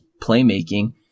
playmaking